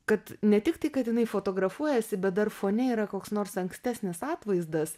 kad ne tik tai kad jinai fotografuojasi bet dar fone yra koks nors ankstesnis atvaizdas